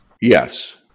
Yes